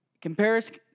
comparison